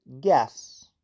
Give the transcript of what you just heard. guess